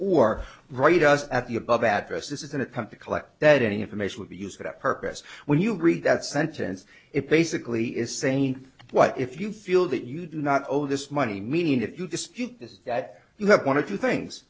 or write us at the above address this is an attempt to collect that any information would be used for that purpose when you read that sentence it basically is saying what if you feel that you do not owe this money meaning if you dispute this that you have one of two things